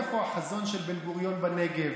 איפה החזון של בן-גוריון בנגב?